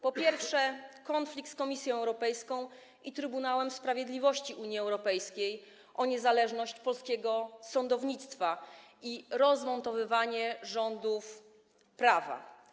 Po pierwsze, konflikt z Komisją Europejską i Trybunałem Sprawiedliwości Unii Europejskiej o niezależność polskiego sądownictwa i rozmontowywanie rządów prawa.